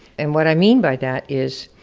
and what i mean by that is,